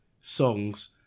songs